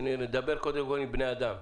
את המצגת כדי שנדבר עם בני אדם,